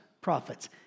prophets